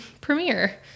Premiere